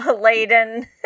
laden